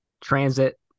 Transit